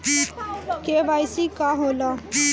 KYC का होला?